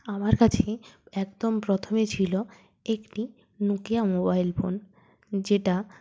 আমার কাছে একদম প্রথমে ছিল একটি নোকিয়া মোবাইল ফোন যেটা